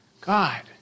God